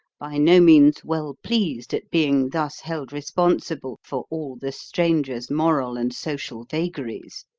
by no means well pleased at being thus held responsible for all the stranger's moral and social vagaries.